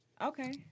Okay